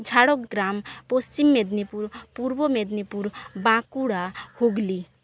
Jhargram Paschim Medinipur Purba Medinipur Bankura Hooghly